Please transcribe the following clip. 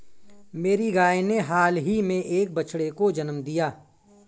मेरी गाय ने हाल ही में एक बछड़े को जन्म दिया